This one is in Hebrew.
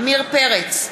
עמיר פרץ,